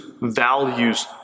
values